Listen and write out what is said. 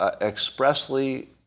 expressly